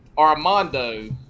Armando